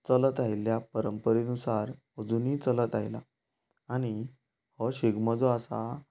चलत आयिल्ल्या परंपरे नुसार अजुनीय चलत आयला आनी हो शिगमो जो आसा